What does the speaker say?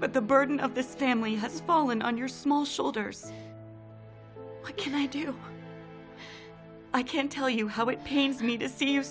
but the burden of this family has fallen on your small shoulders can i do i can tell you how it pains me to see